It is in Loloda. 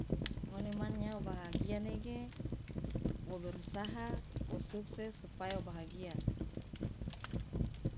Ngone man nyawa bahagia nege wo berusaha wo sukses supaya wo bahagia.